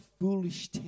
foolish